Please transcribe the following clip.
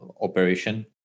operation